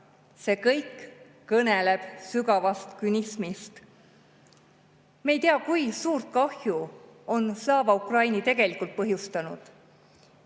See kõik kõneleb sügavast künismist.Me ei tea, kui suurt kahju on Slava Ukraini tegelikult põhjustanud.